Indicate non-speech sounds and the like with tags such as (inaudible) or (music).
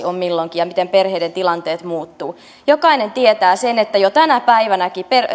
(unintelligible) on milloinkin ja miten perheiden tilanteet muuttuvat jokainen tietää sen että jo tänäkin päivänä